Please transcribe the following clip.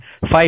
five